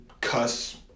cuss